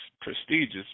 prestigious